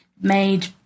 made